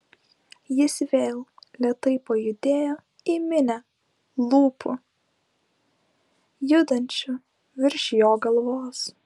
jis vėl lėtai pajudėjo į minią lūpų judančių virš jo galvos